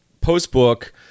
post-book